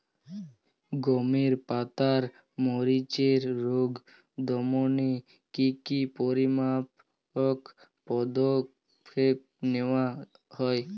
গমের পাতার মরিচের রোগ দমনে কি কি পরিমাপক পদক্ষেপ নেওয়া হয়?